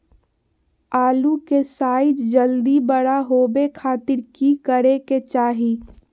आलू के साइज जल्दी बड़ा होबे खातिर की करे के चाही?